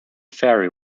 ferry